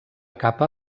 capa